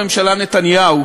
ראש הממשלה נתניהו,